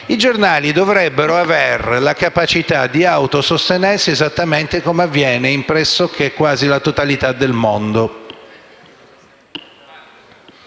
dovrebbero avere la capacità di autosostenersi esattamente come avviene in pressoché la quasi totalità del mondo.